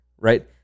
right